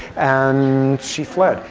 and she fled.